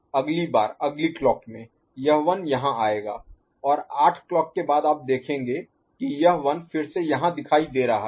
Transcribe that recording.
अगली बार अगली क्लॉक में यह 1 यहाँ आएगा और आठ क्लॉक के बाद आप देखेंगे कि यह 1 फिर से यहाँ दिखाई दे रहा है